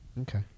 Okay